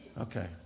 Okay